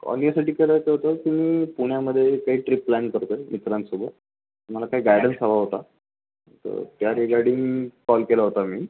call यासाठी करायचं होतं की मी पुण्यामध्ये काही ट्रिप प्लॅन करतो आहे मित्रांसोबत मला काय गायडन्स हवा होता तर त्या रिगार्डिंग कॉल केला होता मी